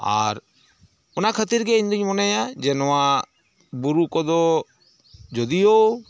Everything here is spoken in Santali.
ᱟᱨ ᱚᱱᱟ ᱠᱷᱟᱹᱛᱤᱨ ᱜᱮ ᱤᱧᱫᱚᱧ ᱢᱚᱱᱮᱭᱟ ᱡᱮ ᱱᱚᱣᱟ ᱵᱩᱨᱩ ᱠᱚᱫᱚ ᱡᱳᱫᱤᱭᱳ